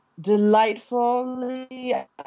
delightfully